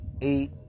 eight